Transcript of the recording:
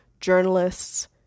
Journalists